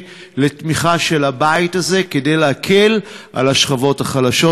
לתמיכה של הבית הזה כדי להקל על השכבות החלשות.